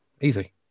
easy